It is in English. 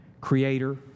creator